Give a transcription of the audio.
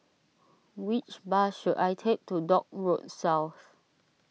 which bus should I take to Dock Road South